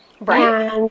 Right